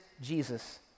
Jesus